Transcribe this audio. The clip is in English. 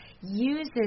uses